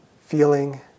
Feeling